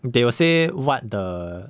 they will say what the